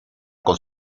con